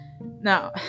Now